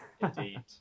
indeed